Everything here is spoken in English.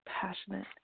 passionate